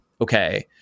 okay